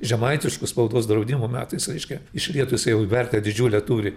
žemaitišku spaudos draudimo metais reiškia išlietu jisai jau vertę didžiulę turi